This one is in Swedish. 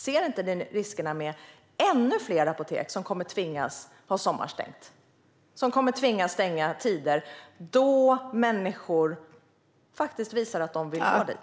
Ser ni inte riskerna med ännu fler apotek som kommer att tvingas ha sommarstängt och som kommer att tvingas ha stängt under tider då människor visar att de vill gå dit?